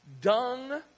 dung